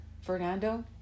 Fernando